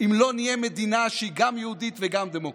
אם לא נהיה מדינה שהיא גם יהודית וגם דמוקרטית.